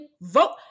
vote